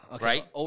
Right